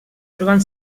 troben